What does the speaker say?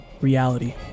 reality